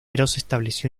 estableció